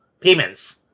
payments